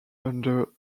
under